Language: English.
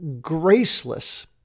graceless